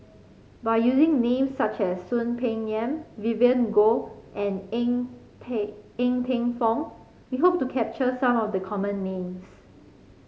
by using names such as Soon Peng Yam Vivien Goh and Ng Ng Teng Fong we hope to capture some of the common names